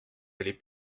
valait